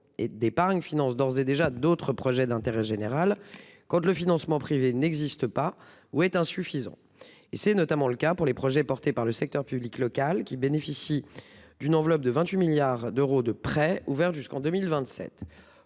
d'épargne finance d'ores et déjà d'autres projets d'intérêt général, quand le financement privé n'existe pas ou quand il se révèle insuffisant. C'est notamment le cas de projets menés par le secteur public local ; ils bénéficient d'une enveloppe de 28 milliards d'euros de prêts, ouverte jusqu'en 2027.